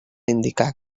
indicar